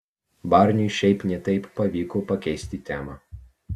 barniui šiaip ne taip pavyko pakeisti temą